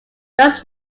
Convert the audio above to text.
does